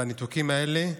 בניתוקים האלה,